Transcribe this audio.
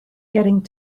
getting